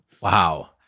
Wow